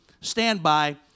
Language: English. standby